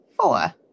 Four